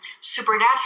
supernatural